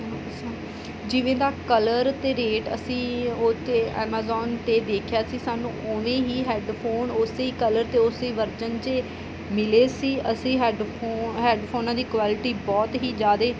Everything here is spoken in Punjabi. ਜਿਵੇਂ ਦਾ ਕਲਰ ਅਤੇ ਰੇਟ ਅਸੀਂ ਉੱਥੇ ਐਮਜੋਨ 'ਤੇ ਦੇਖਿਆ ਸੀ ਸਾਨੂੰ ਉਵੇਂ ਹੀ ਹੈਡਫੋਨ ਉਸੇ ਕਲਰ ਅਤੇ ਉਸੇ ਵਰਜ਼ਨ 'ਚ ਮਿਲੇ ਸੀ ਅਸੀਂ ਹੈਡਫੋਨ ਹੈਡਫੋਨਾਂ ਦੀ ਕੁਆਲਟੀ ਬਹੁਤ ਹੀ ਜ਼ਿਆਦਾ